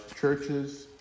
churches